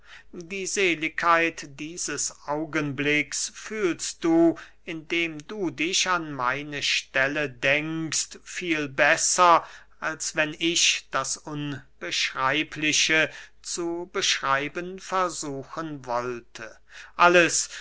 die seligkeit dieses augenblicks fühlst du indem du dich an meine stelle denkst viel besser als wenn ich das unbeschreibliche zu beschreiben versuchen wollte alles